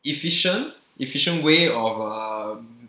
efficient efficient way of uh